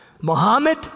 Muhammad